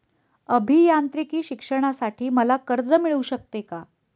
अभियांत्रिकी शिक्षणासाठी मला कर्ज मिळू शकते का?